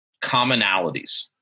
commonalities